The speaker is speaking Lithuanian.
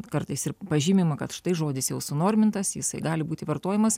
kartais ir pažymima kad štai žodis jau sunormintas jisai gali būti vartojamas